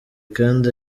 kandi